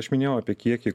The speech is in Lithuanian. aš minėjau apie kiekį